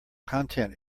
content